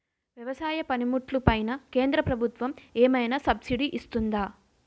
వ్యవసాయ పనిముట్లు పైన కేంద్రప్రభుత్వం ఏమైనా సబ్సిడీ ఇస్తుందా?